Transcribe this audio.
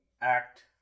act